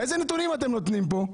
איזה נתונים אתם נותנים פה?